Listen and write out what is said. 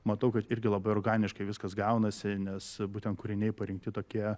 matau kad irgi labai organiškai viskas gaunasi nes būtent kūriniai parinkti tokie